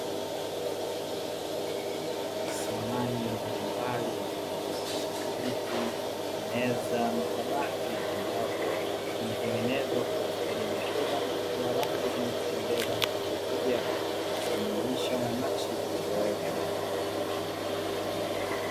Samani mbalimbali zikijumuisha viti, meza makabati ambavyo vimetengenezwa na kuvutia ukijumuisha na nakshi zilizowekwa.